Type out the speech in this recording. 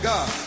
God